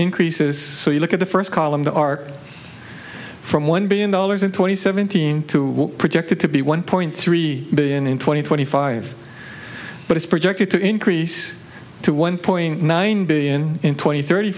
increases so you look at the first column the arc from one billion dollars in twenty seventeen to projected to be one point three billion in twenty twenty five but it's projected to increase to one point nine billion in twenty thirty